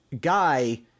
guy